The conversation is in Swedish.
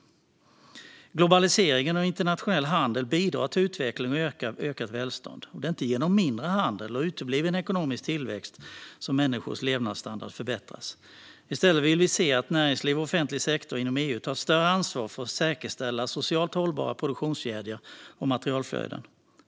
Globaliseringen och den internationella handeln bidrar till utveckling och ökat välstånd. Det är inte genom mindre handel och utebliven ekonomisk tillväxt som människors levnadsstandard förbättras. I stället vill vi se att näringsliv och offentlig sektor inom EU tar ett större ansvar för att säkerställa socialt hållbara produktionskedjor och materialflöden.